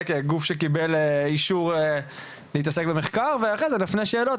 כגוף שקיבל אישור להתעסק במחקר ואחרי זה נפנה שאלות,